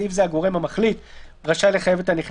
בסעיף 22כח(ב): -- ברור.